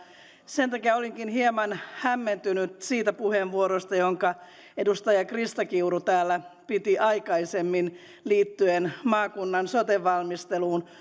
sen takia olinkin hieman hämmentynyt siitä puheenvuorosta jonka edustaja krista kiuru täällä piti aikaisemmin liittyen maakunnan sote valmisteluun